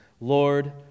Lord